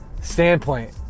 standpoint